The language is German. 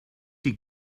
die